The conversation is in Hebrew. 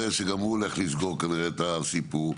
שגם הוא הולך לסגור כנראה את הסיפור.